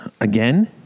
Again